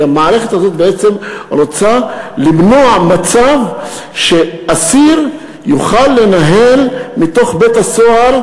כי המערכת הזאת בעצם רוצה למנוע מצב שאסיר יוכל לנהל מתוך בית-הסוהר,